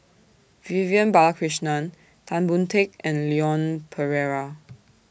Vivian Balakrishnan Tan Boon Teik and Leon Perera